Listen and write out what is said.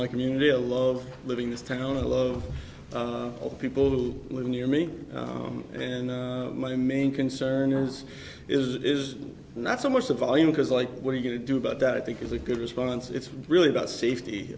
my community a lot of living this town a lot of people who live near me and my main concern is is it is not so much the volume because like what are you going to do about that i think is a good response it's really about safety